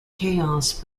chaos